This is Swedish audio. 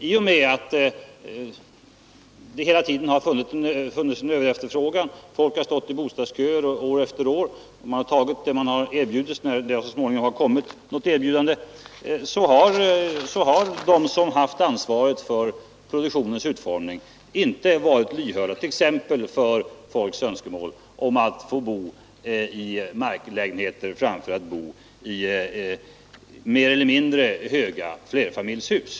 I och med att det hela tiden har funnits en överefterfrågan — folk har stått i bostadsköer år efter år och tagit det som erbjudits när det så småningom har kommit ett erbjudande — har de som haft ansvaret för produktionens utformning inte varit lyhörda för t.ex. folks önskemål att få bo i marklägenheter i stället för i mer eller mindre höga flerfamiljshus.